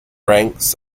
ranks